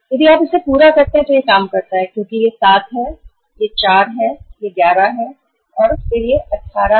यदि आप इसे पूरा करते हैं तो यह काम करता है क्योंकि यह 7 है यह 4 है यह 11 है और फिर यह 18 से 20 है